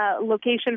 location